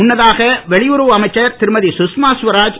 முன்னதாக வெளியுறவு அமைச்சர் திருமதிகஷ்மா ஸ்வராஜ்